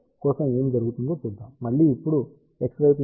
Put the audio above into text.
Ψy కోసం ఏమి జరుగుతుందో చూద్దాం